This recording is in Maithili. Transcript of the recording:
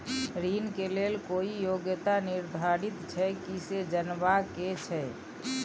ऋण के लेल कोई योग्यता निर्धारित छै की से जनबा के छै?